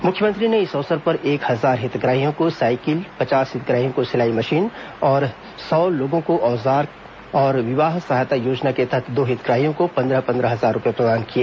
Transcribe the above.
मुख्यमंत्री ने इस अवसर पर एक हजार हितग्राहियों को साइकिल पचास हितग्राहियों को सिलाई मशीन सौ लोगों को औजार और विवाह सहायता योजना के तहत दो हितग्राहियों को पंद्रह पंद्रह हजार रूपये प्रदान किए